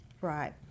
Right